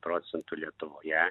procentų lietuvoje